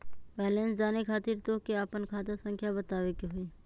Balance जाने खातिर तोह के आपन खाता संख्या बतावे के होइ?